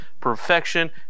perfection